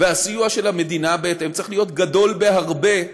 הסיוע של המדינה בהתאם צריך להיות גדול בהרבה,